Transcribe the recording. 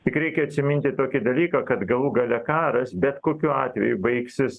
tik reikia atsiminti tokį dalyką kad galų gale karas bet kokiu atveju baigsis